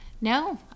No